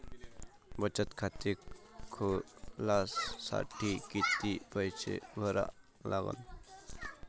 बचत खाते खोलासाठी किती पैसे भरा लागन?